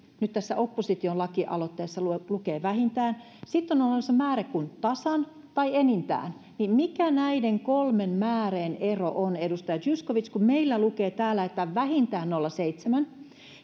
nyt tässä opposition lakialoitteessa lukee vähintään sitten kun on olemassa sellaiset määreet kuin tasan tai enintään niin mikä näiden kolmen määreen ero on edustaja zyskowicz meillä lukee täällä että vähintään nolla pilkku seitsemän